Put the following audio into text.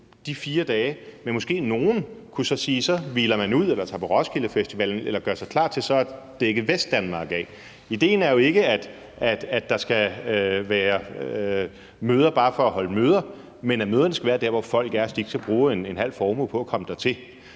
de 4 dage, men så kunne nogle måske sige: Så hviler man ud eller tager på Roskildefestivalen eller gør sig klar til så at dække Vestdanmark af. Idéen er jo ikke, at der skal holdes møder bare for at holde møder, men at møderne skal være der, hvor folk er, så de ikke skal bruge en halv formue på at komme dertil.